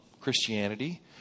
Christianity